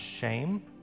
shame